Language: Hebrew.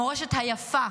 המורשת היפה,